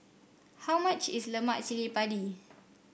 how much is Lemak Cili Padi